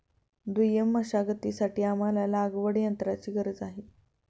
दुय्यम मशागतीसाठी आम्हाला लागवडयंत्राची गरज आहे